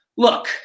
Look